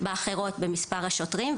באחרות במספר השוטרים,